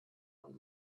und